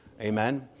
Amen